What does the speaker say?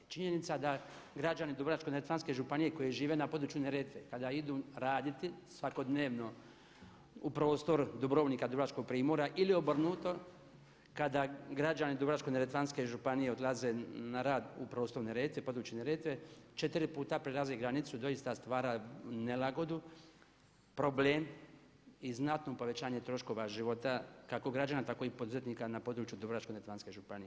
Činjenica da građani Dubrovačko-neretvanske županije koji žive na području Neretve kada idu raditi svakodnevno u prostor Dubrovnika, Dubrovačkog primorja ili obrnuto, kada građani Dubrovačko-neretvanske županije odlaze na rad u područje Neretve četiri puta prelaze granicu i doista stvara nelagodu, problem i znatno povećanje troškova života kako građana tako i poduzetnika na području Dubrovačko-neretvanske županije.